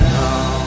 now